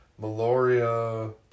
Meloria